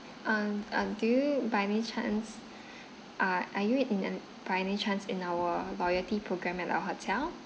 um um do you by any chance uh are you in by any chance in our loyalty programme at our hotel